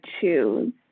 choose